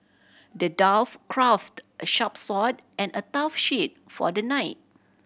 the dwarf crafted a sharp sword and a tough shield for the knight